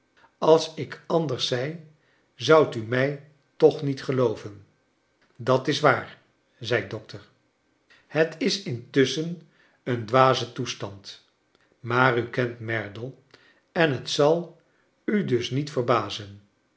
als ik anders zei zoudt u mij toch niet gelooven dat is waar zei dokter het is intusschen een dwaze toestand maar u kent merdle en het zal u dus niet verbazen